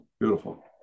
beautiful